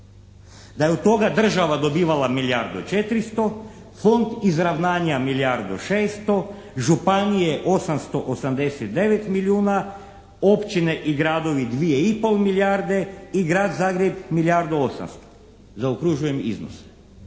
da je od toga država dobivala milijardu 400, Fond izravnanja milijardu 600, županije 889 milijuna, općine i gradovi dvije i pol milijarde i Grad Zagreb milijardu 800, zaokružujem iznose.